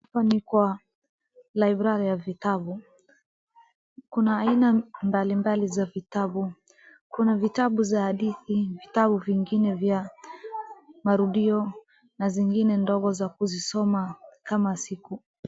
Hapa ni kwa library ya vitabu. Kuna aina mbalimbali za vitabu, kuna vitabu za hadithi, vitabu vingine vya marudio na zingine ndogo za kuzisoma kama siku.